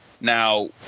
now